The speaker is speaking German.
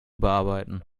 bearbeiten